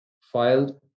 filed